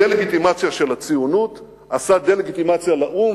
הדה-לגיטימציה של הציונות עשתה דה-לגיטימציה לאו"ם,